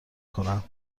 کنم